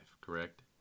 correct